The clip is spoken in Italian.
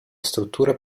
struttura